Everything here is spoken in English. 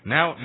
Now